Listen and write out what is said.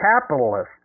capitalist